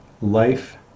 life